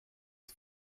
its